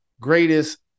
greatest